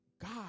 God